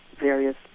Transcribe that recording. various